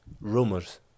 rumors